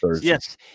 Yes